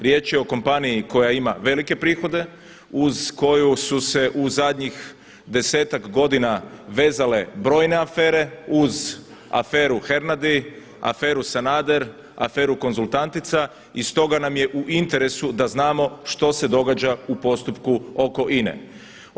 Riječ je o kompaniji koja ima velike prihode, uz koju su se u zadnjih desetak godina vezale brojne afere, uz aferu Hernady, aferu Sanader, aferu konzultantica i stoga nam je u interesu da znamo što se događa u postupku oko INA-e.